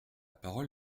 parole